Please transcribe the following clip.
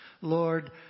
Lord